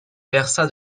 versa